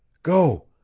go!